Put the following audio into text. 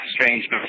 strange